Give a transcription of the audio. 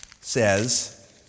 says